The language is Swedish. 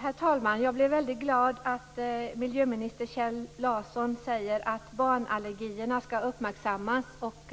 Herr talman! Jag blir glad att miljöminister Kjell Larsson säger att barnallergierna skall uppmärksammas och